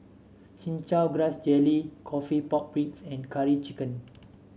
Chin Chow Grass Jelly coffee Pork Ribs and Curry Chicken